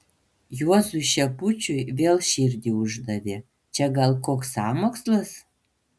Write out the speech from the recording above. juozui šepučiui vėl širdį uždavė čia gal koks sąmokslas